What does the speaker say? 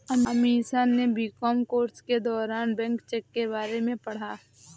अमीषा ने B Com course के दौरान बैंक चेक के बारे में पढ़ा